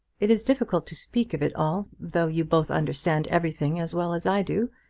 it is difficult to speak of it all, though you both understand everything as well as i do.